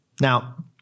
Now